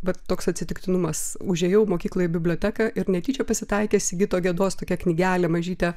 bet toks atsitiktinumas užėjau mokykloj į biblioteką ir netyčia pasitaikė sigito gedos tokia knygelė mažytė